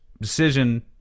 decision